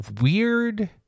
weird